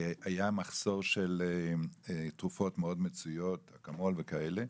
היה מחסור של תרופות מאוד מצויות, אקמול וכאלה.